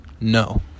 No